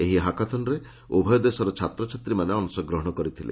ଏହି ହାକାଥନ୍ରେ ଉଭୟ ଦେଶର ଛାତ୍ରଛାତ୍ରୀମାନେ ଅଂଶ ଗ୍ରହଣ କରିଥିଲେ